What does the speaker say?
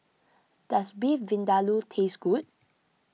does Beef Vindaloo taste good